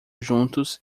juntos